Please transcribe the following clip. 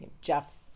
Jeff